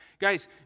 Guys